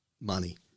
money